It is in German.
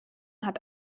hat